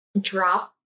drop